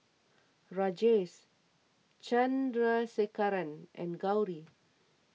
Rajesh Chandrasekaran and Gauri